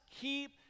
keep